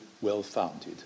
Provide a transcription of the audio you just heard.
well-founded